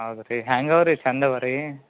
ಹೌದಾ ರೀ ಹ್ಯಾಂಗೆ ಅವ ರೀ ಚಂದ ಅವ ರೀ